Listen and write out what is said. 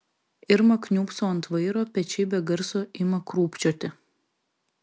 irma kniūbso ant vairo pečiai be garso ima krūpčioti